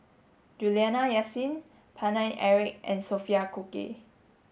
Juliana Yasin Paine Eric and Sophia Cooke